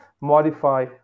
modify